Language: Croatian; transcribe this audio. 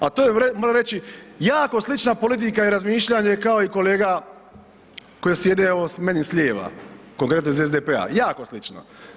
A to je moram reći, jako slična politika i razmišljanje kao i kolega koji sjede evo meni slijeva, konkretno iz SDP-a, jako slično.